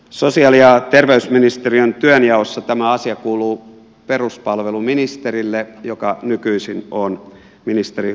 sosiaali ja terveysministeriön työnjaossa tämä asia kuuluu peruspalveluministerille joka nykyisin on ministeri huovinen